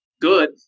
good